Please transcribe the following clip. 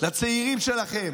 לצעירים שלכם,